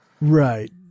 right